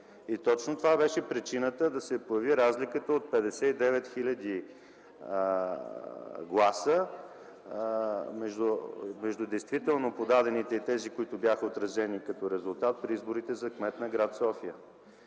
точно това беше причината да се появи разликата от 59 хиляди гласа между действително подадените и тези, които бяха отразени като резултат, при изборите за кмет на гр. София.